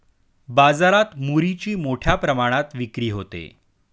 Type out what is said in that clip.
बाजारात मुरीची मोठ्या प्रमाणात विक्री होते